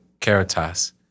Caritas